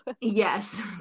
Yes